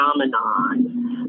phenomenon